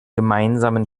gemeinsamen